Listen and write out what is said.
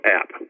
app